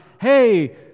hey